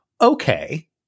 okay